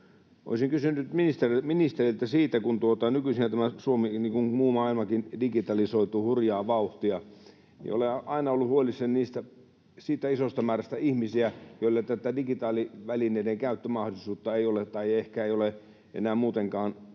Olisin kysynyt ministeriltä siitä, että kun nykyisinhän Suomi, niin kuin muu maailmakin, digitalisoituu hurjaa vauhtia, niin olen aina ollut huolissani siitä isosta määrästä ihmisiä, joilla tätä digitaalivälineiden käyttömahdollisuutta ei ole tai ehkä ei ole enää muutenkaan